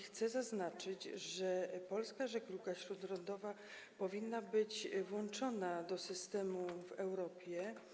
Chcę zaznaczyć, że polska żegluga śródlądowa powinna być włączona do systemu w Europie.